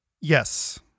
Yes